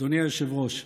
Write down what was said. אדוני היושב-ראש,